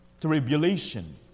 tribulation